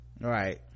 right